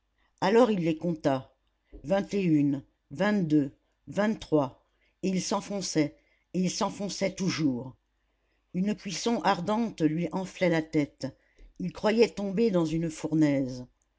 alors il les compta vingt et une vingt-deux vingt-trois et il s'enfonçait et il s'enfonçait toujours une cuisson ardente lui enflait la tête il croyait tomber dans une fournaise